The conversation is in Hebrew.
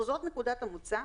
וזאת נקודת המוצא.